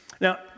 Now